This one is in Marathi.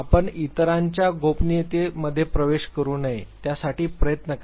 आपण इतरांच्या गोपनीयतेमध्ये प्रवेश करू नये यासाठी प्रयत्न करा